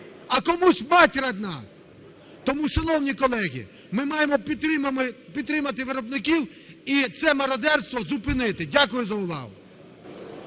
а комусь – мать родна. Тому, шановні колеги, ми маємо підтримати виробників і це мародерство зупинити. Дякую за увагу.